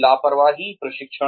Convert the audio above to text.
लापरवाही प्रशिक्षण